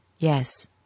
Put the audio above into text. Yes